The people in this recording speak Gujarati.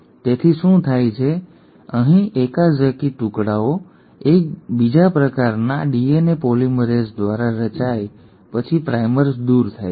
તેથી શું થાય છે તે એ છે કે ઓકાઝાકી ટુકડાઓ બીજા પ્રકારના ડીએનએ પોલિમરેઝ દ્વારા રચાયા પછી પ્રાઇમર્સ દૂર થાય છે